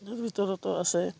তাৰ ভিতৰতো আছে